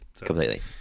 Completely